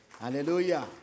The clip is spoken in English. Hallelujah